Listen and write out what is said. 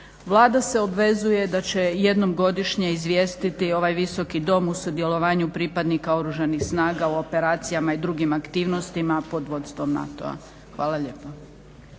Vlada se obvezuje da će jednom godišnje izvijestiti ovaj Visoki dom u sudjelovanju pripadnika Oružanih snaga u operacijama i drugim aktivnostima pod vodstvom NATO-a. Hvala lijepa.